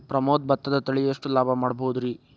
ಪ್ರಮೋದ ಭತ್ತದ ತಳಿ ಎಷ್ಟ ಲಾಭಾ ಮಾಡಬಹುದ್ರಿ?